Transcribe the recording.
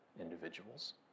individuals